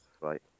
Right